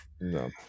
No